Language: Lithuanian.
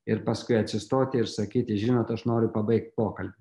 ir paskui atsistoti ir sakyti žinot aš noriu pabaigt pokalbį